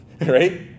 right